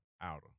Outer